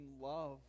love